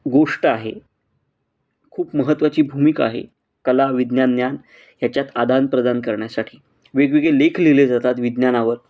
गोष्ट आहे खूप महत्त्वाची भूमिका आहे कला विज्ञान ज्ञान ह्याच्यात आदानप्रदान करण्यासाठी वेगवेगळे लेख लिहिले जातात विज्ञानावर